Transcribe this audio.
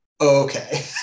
okay